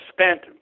spent